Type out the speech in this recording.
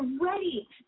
ready